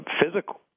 physical